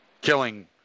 Killing